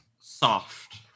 soft